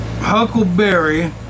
Huckleberry